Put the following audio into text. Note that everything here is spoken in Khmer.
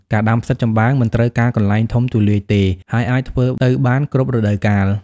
ការដាំផ្សិតចំបើងមិនត្រូវការកន្លែងធំទូលាយទេ ហើយអាចធ្វើទៅបានគ្រប់រដូវកាល។